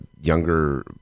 younger